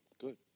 Good